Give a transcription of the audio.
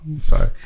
Sorry